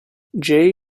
jay